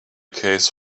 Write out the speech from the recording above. case